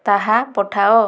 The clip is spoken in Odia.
ତାହା ପଠାଅ